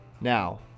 Now